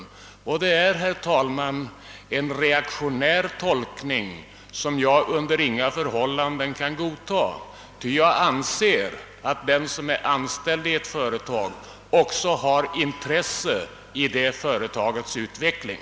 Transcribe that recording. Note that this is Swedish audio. Det är, herr talman, en reaktionär tolkning, som jag under inga förhållanden kan godta, ty jag anser att den som är anställd vid ett företag också har intresse i det företagets utveckling.